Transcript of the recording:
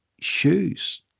shoes